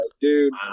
dude